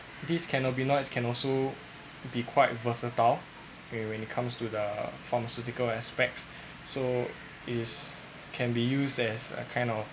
this cannabinoid can also be quite versatile when when it comes to the pharmaceutical aspects so is can be used as a kind of